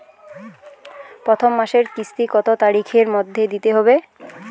প্রথম মাসের কিস্তি কত তারিখের মধ্যেই দিতে হবে?